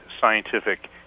scientific